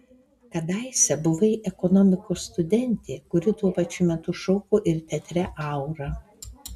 kadaise buvai ekonomikos studentė kuri tuo pačiu metu šoko ir teatre aura